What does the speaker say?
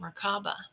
Merkaba